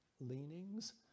leanings